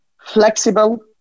flexible